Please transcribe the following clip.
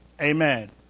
Amen